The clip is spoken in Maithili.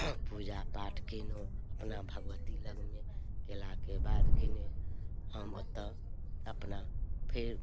पूजा पाठ केलहुँ अपना भगवती लगमे केलाके बाद कि ने हम ओतऽ अपना फेर